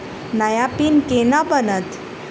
नया पिन केना बनत?